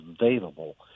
available